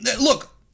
look